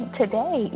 today